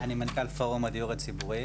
אני דני גיגי, מנכ"ל פורום הדיור הציבורי.